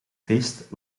feest